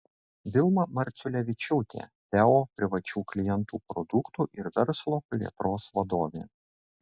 vilma marciulevičiūtė teo privačių klientų produktų ir verslo plėtros vadovė